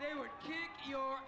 they were your